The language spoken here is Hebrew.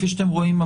כפי שאתם רואים,